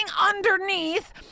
underneath